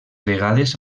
vegades